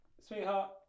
Sweetheart